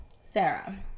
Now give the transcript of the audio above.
Sarah